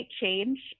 change